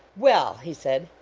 well, he said,